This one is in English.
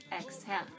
Exhale